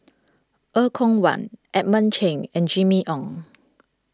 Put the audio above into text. Er Kwong Wah Edmund Cheng and Jimmy Ong